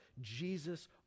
Jesus